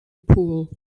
pool